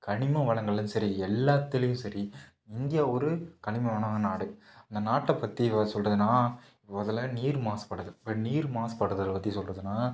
கனிம வளங்கள்லேயும் சரி எல்லாத்துலேயும் சரி இந்தியா ஒரு கனிம வள நாடு அந்த நாட்டை பற்றியோ சொல்கிறேன்னா முதல்ல நீர் மாசுப்படுதல் இப்போ நீர் மாசுப்படுதல் பற்றி சொல்வதுன்னா